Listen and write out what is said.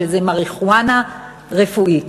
שזה מריחואנה רפואית.